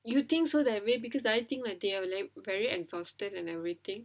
you think so that way because I think like they are like very exhausted and everything